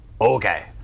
Okay